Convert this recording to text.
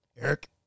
Eric